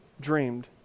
dreamed